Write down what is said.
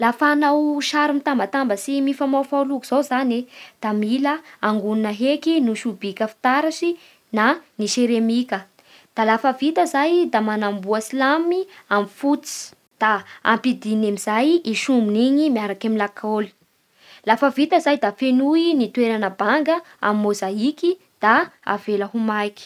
Lafa hanao sary mitambatambatsy mifamaofao loko zao zagny e, da mila angonina heky ny sobika fitaratsy na ny seremika, da lafa vita zay da manamboatsy lamy amin'ny fotsy da ampidiny amin'izay i sombin'igny miaraky amin'ny lakôly, lafa vita zay da fenoy ny toerana banga amin'ny mozaiky da ela ho maiky.